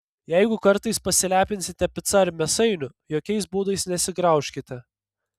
jeigu kartais pasilepinsite pica ar mėsainiu jokiais būdais nesigraužkite